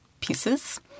pieces